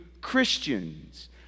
Christians